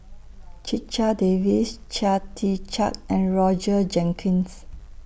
Checha Davies Chia Tee Chiak and Roger Jenkins